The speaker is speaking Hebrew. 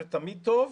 זה תמיד טוב,